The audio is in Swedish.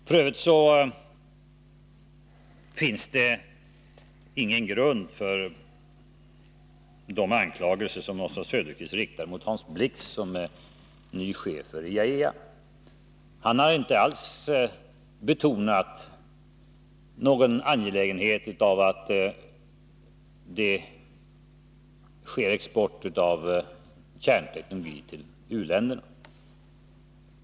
F. ö. finns det ingen grund för de anklagelser som Oswald Söderqvist riktar mot Hans Blix, som är ny chef för IAEA. Han har inte alls betonat att det på något sätt skulle vara angeläget att kärnteknologi skulle exporteras till u-länderna.